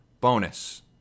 bonus